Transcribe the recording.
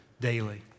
daily